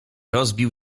rozbił